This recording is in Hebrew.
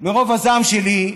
מרוב הזעם שלי,